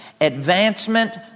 advancement